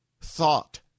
thought